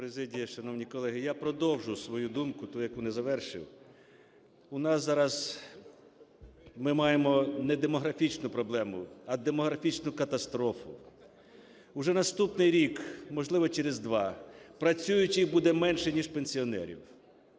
президія, шановні колеги, я продовжу свою думку, ту, яку не завершив. У нас зараз, ми маємо не демографічну проблему, а демографічну катастрофу. Вже наступний рік, можливо, через два, працюючих буде менше, ніж пенсіонерів.